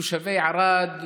תושבי ערד,